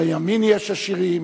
בימין יש עשירים,